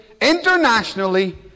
internationally